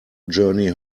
journey